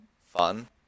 fun